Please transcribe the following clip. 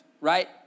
right